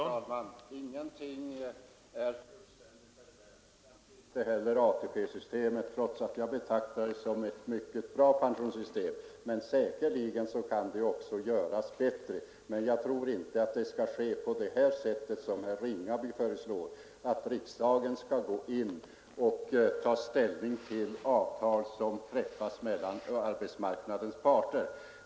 Herr talman! Ingenting är fullkomligt här i världen, inte heller ATP-systemet, trots att jag betraktar det som ett mycket bra pensionssystem. Säkerligen kan också det göras bättre, men jag tror inte att det skall ske på det sätt som herr Ringaby föreslår, dvs. genom att riksdagen skall ta ställning till avtal som träffats mellan arbetsmarknadens parter.